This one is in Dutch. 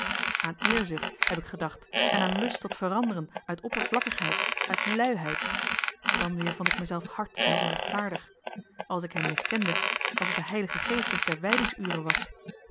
aan eerzucht heb ik gedacht en aan lust tot veranderen uit oppervlakkigheid uit luiheid dan weer vond ik mezelf hard en onrechtvaardig als ik hem miskende als het de heilige geestdrift der wijdingsure was